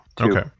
Okay